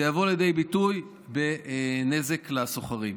זה יבוא לידי ביטוי בנזק לשוכרים.